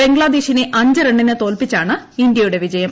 ബംഗ്ലാദേശിനെ അഞ്ച് റണ്ണിന് തോൽപ്പിച്ചാണ് ഇന്ത്യയുടെ ജയം